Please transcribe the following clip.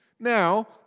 Now